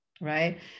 right